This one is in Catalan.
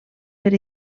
per